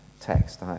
text